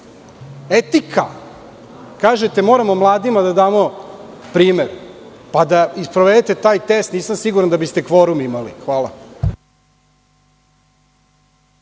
etika. Kažete – moramo mladima da damo primer. I da sprovedete taj test, nisam siguran da biste imali kvorum. Hvala.